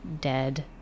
dead